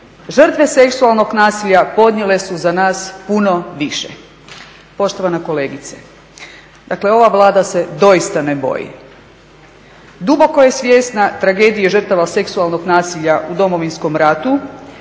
Žrtve seksualnog nasilja podnijele su za nas puno više, poštovana kolegice. Dakle, ova Vlada se doista ne boji. Duboko je svjesna tragedije žrtava seksualnog nasilja u Domovinskom ratu